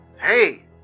Hey